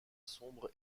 sombre